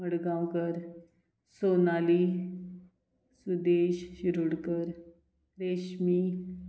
अडगांवकर सोनाली सुदेश शिरोडकर रेशमी